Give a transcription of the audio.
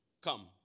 come